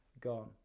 gone